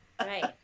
Right